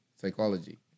psychology